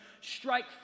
strike